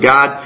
God